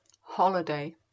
holiday